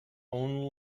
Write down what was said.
own